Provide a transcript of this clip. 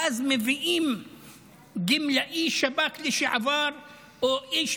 ואז מביאים גמלאי שב"כ לשעבר או איש